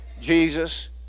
Jesus